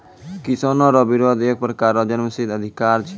किसानो रो बिरोध एक प्रकार रो जन्मसिद्ध अधिकार छै